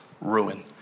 ruin